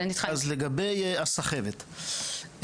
לגבי הסחבת,